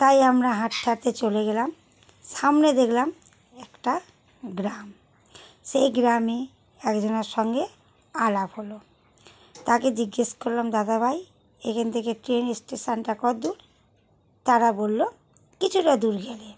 তাই আমরা হাঁটতে হাঁটতে চলে গেলাম সামনে দেখলাম একটা গ্রাম সেই গ্রামে এক জনের সঙ্গে আলাপ হলো তাকে জিজ্ঞেস করলাম দাদাভাই এখান থেকে ট্রেন স্টেশনটা কদ্দূর তারা বলল কিছুটা দূর গেলে